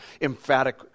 emphatic